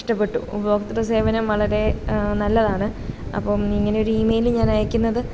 ഇഷ്ടപ്പെട്ടു ഉപഭോക്ത സേവനം വളരെ നല്ലതാണ് അപ്പം ഇങ്ങനൊരീമെയിൽ ഞാനയക്കുന്നത്